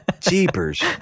Jeepers